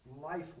life